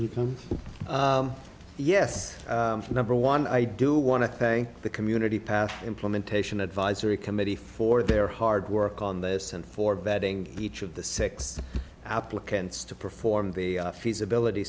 you can yes number one i do want to thank the community past implementation advisory committee for their hard work on this and for vetting each of the six applicants to perform the feasibility